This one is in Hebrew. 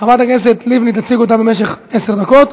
חברת הכנסת לבני תציג אותה במשך עשר דקות.